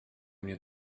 mnie